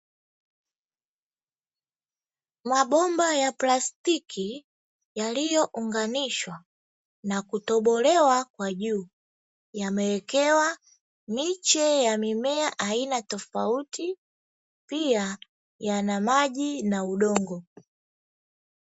Mabomba ya plastiki yaliyounganishwa na kutobolewa kwa juu, yamewekewa miche ya mimea aina tofauti; pia yana maji na udongo.